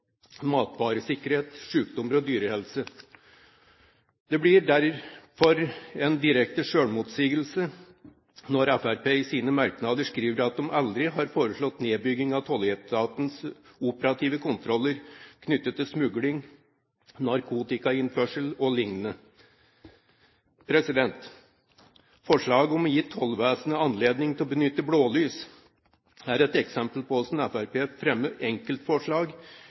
matvaresikkerhet, sykdommer og dyrehelse. Det blir derfor en direkte selvmotsigelse når Fremskrittspartiet i sine merknader skriver at de aldri har foreslått nedbygging av tolletatens operative kontroller knyttet til smugling, narkotikainnførsel o.l. Forslaget om å gi tollvesenet anledning til å benytte blålys, er et eksempel på hvordan Fremskrittspartiet fremmer enkeltforslag,